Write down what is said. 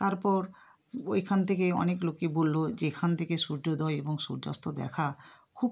তারপর ওইখান থেকে অনেক লোকই বলল যে এখান থেকে সূর্যোদয় এবং সূর্যাস্ত দেখা খুব